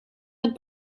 het